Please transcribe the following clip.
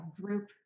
group